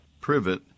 privet